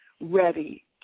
ready